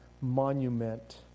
Monument